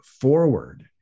forward